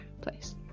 place